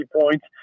points